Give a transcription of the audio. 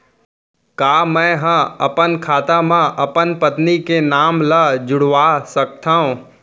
का मैं ह अपन खाता म अपन पत्नी के नाम ला जुड़वा सकथव?